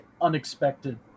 unexpected